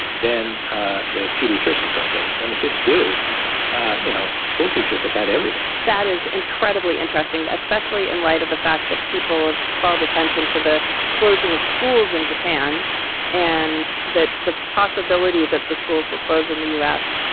then the pediatricians don't get it. when the kids do you know, schoolteachers have had everything that is incredibly interesting, especially in light of the fact that people have called attention to the closing of schools in japan and that the possibility that the schools will close in the u s.